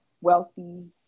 wealthy